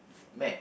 Maths